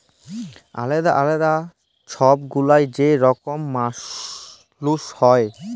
আলেদা আলেদা ছব গুলা যে রকম মালুস হ্যয়